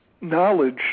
knowledge